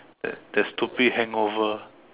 that that stupid hangover